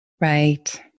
Right